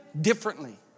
differently